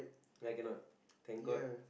I cannot thank god